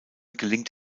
gelingt